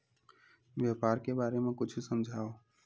व्यापार के बारे म कुछु समझाव?